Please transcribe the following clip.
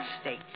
state